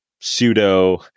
pseudo